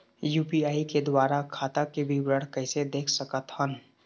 UPI के द्वारा खाता के विवरण कैसे देख सकत हन?